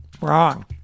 Wrong